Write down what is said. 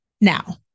Now